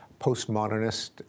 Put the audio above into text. postmodernist